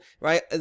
Right